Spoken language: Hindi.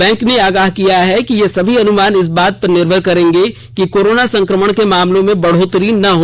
बैंक ने अगाह किया है कि ये सभी अनुमान इस बात पर निर्भर करेंगे कि कोरोना संक्रमण के मामलों में बढ़ोतरी न हो